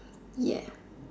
yes